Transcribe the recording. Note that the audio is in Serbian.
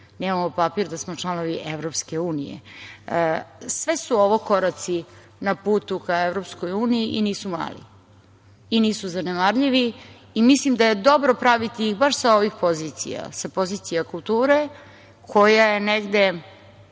nemam papir da smo članovi EU.Sve su ovo koraci na putu ka EU i nisu mali i nisu zanemarljivi. Mislim da je dobro praviti ih baš sa ovih pozicija, sa pozicija kulture koja je negde